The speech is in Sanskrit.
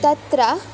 तत्र